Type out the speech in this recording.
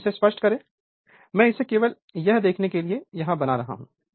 आइए इसे स्पष्ट करें मैं इसे केवल यह देखने के लिए यहां बना रहा हूं